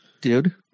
Dude